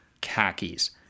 Khakis